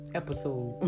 episode